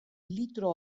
litro